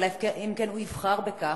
אלא אם כן הוא יבחר בכך,